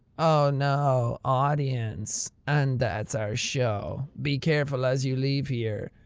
oh no. audience! and that's our show! be careful as you leave here,